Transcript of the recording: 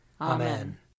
Amen